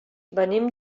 venim